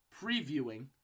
previewing